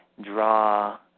draw